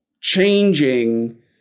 changing